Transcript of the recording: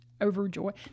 overjoy